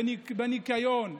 בניקיון,